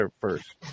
first